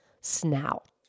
snout